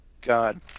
God